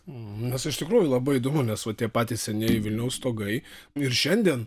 nors iš tikrųjų labai įdomu nes va tie patys senieji vilniaus stogai ir šiandien